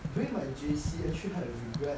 during my J_C actually I regret